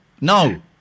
no